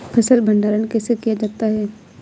फ़सल भंडारण कैसे किया जाता है?